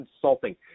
consulting